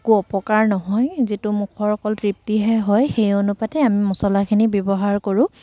একো অপকাৰ নহয় যিটো মুখৰ অকল তৃপ্তিহে হয় সেই অনুপাতে আমি মছলাখিনি ব্যৱহাৰ কৰোঁ